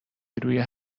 روی